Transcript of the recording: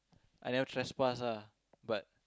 I never trespass ah but